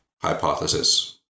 hypothesis